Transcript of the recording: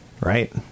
right